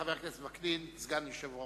חבר הכנסת יצחק וקנין ישאל את